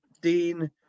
Dean